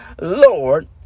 Lord